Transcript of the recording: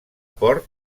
port